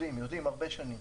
יודעים הרבה שנים.